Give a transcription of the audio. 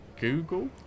Google